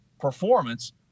performance